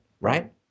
right